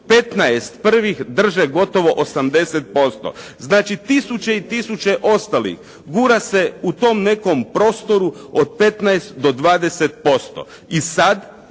15 prvih drže gotovo 80%. Znači tisuće i tisuće ostalih gura se u tom nekom prostoru od 15 do 20%. I sada,